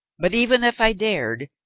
but even if i dared,